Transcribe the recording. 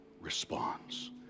responds